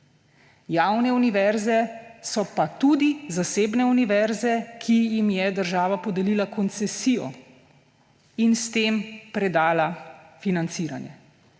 Javne univerze so pa tudi zasebne univerze, ki jim je država podelila koncesijo in s tem predala financiranje.